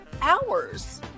hours